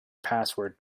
password